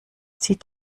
zieht